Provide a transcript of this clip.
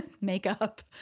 makeup